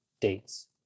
dates